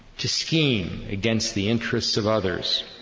to scheme against the interests of others,